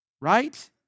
right